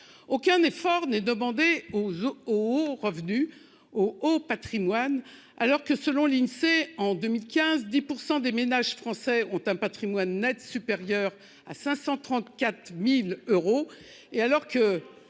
aucun effort n'est demandé aux aux aux revenus au au Patrimoine alors que selon l'Insee, en 2015 10 % des ménages français ont un Patrimoine Net supérieur à 534.000 euros. Et alors que